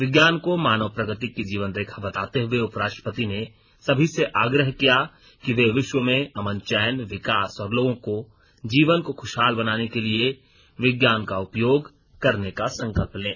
विज्ञान को मानव प्रगति की जीवन रेखा बताते हुए उपराष्ट्रपति ने सभी से आग्रह किया कि वे विश्व में अमन चैन विकास और लोगों को जीवन को खुशहाल बनाने के लिए विज्ञान का उपयोग करने का संकल्प लें